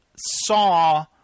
Saw